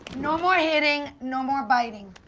no more hitting, no more biting.